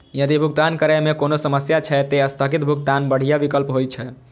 यदि भुगतान करै मे कोनो समस्या छै, ते स्थगित भुगतान बढ़िया विकल्प होइ छै